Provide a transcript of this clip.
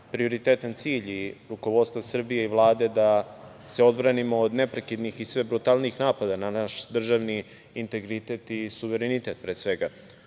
prioritetan cilj i rukovodstva Srbije i Vlade da se odbranimo od neprekidnih i sve brutalnijih napada na naš državni integritet i suverenitet, pre svega. Ovih